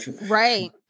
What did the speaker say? right